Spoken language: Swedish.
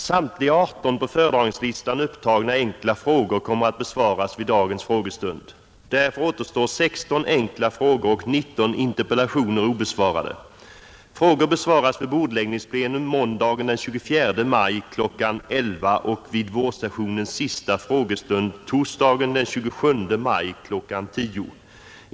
Samtliga 18 på föredragningslistan upptagna enkla frågor kommer att besvaras vid dagens frågestund. Därefter återstår 16 enkla frågor och 19 interpellationer obesvarade. Frågor besvaras vid bordläggningsplenum måndagen den 24 maj kl. 11.00 och vid vårsessionens sista frågestund torsdagen den 27 maj kl. 10.00.